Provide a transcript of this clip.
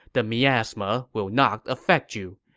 the miasma will not affect you.